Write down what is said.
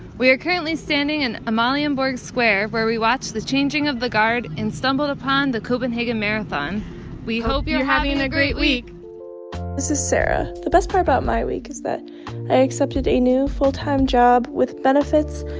we are currently standing in amalienborg square, where we watched the changing of the guard and stumbled upon the copenhagen marathon we hope you're having a great week this is sarah. the best part about my week is that i accepted a new, full-time job with benefits.